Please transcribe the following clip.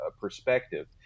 perspective